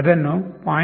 ಅದನ್ನು 0